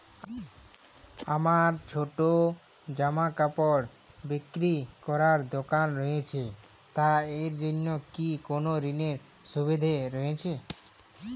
আমার ছোটো জামাকাপড় বিক্রি করার দোকান রয়েছে তা এর জন্য কি কোনো ঋণের সুবিধে রয়েছে?